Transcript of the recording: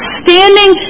standing